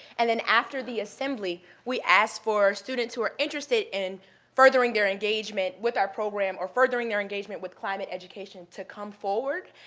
and then after the assembly, we ask for students who are interested in furthering their engagement with our program or furthering their engagement with climate education to come forward,